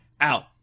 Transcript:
out